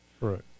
Right